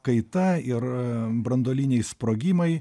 kaita ir branduoliniai sprogimai